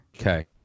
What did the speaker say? Okay